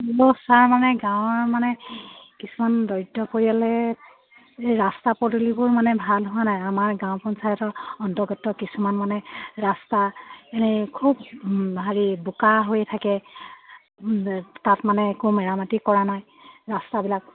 বোলো ছাৰ মানে গাঁৱৰ মানে কিছুমান দৰিদ্ৰ পৰিয়ালে এই ৰাস্তা পদূলিবোৰ মানে ভাল হোৱা নাই আমাৰ গাঁও পঞ্চায়তৰ অন্তৰ্গত কিছুমান মানে ৰাস্তা এনেই খুব হেৰি বোকা হৈ থাকে তাত মানে একো মেৰামতি কৰা নাই ৰাস্তাবিলাক